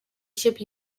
ship